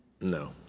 No